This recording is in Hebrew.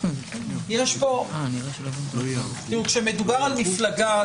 2. כשמדובר על מפלגה,